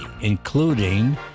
including